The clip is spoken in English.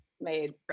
made